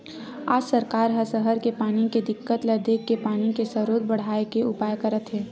आज सरकार ह सहर के पानी के दिक्कत ल देखके पानी के सरोत बड़हाए के उपाय करत हे